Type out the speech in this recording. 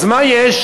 אז מה יש?